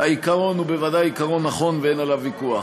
העיקרון הוא בוודאי עיקרון נכון ואין על כך ויכוח.